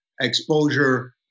exposure